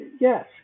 yes